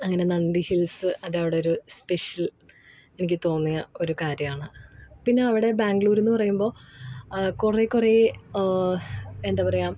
അങ്ങനെ നന്തി ഹിൽസ് അതവിടെയൊരു സ്പെഷ്യൽ എനിക്ക് തോന്നിയ ഒരു കാര്യമാണ് പിന്നെ അവിടെ ബാംഗ്ലൂരെന്നു പറയുമ്പോള് കുറെ കുറേ എന്താണു പറയുക